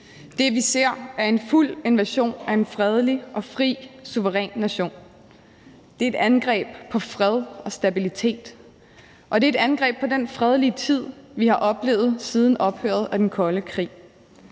Det, vi ser, er en fuld invasion af en fredelig og fri suveræn nation. Det er et angreb på fred og stabilitet, og det er et angreb på den fredelige tid, vi har oplevet siden ophøret af den kolde krig.